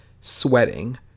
sweating